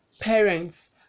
Parents